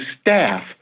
staff